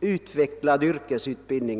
utvecklad yrkesutbildning.